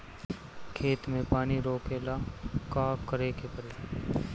खेत मे पानी रोकेला का करे के परी?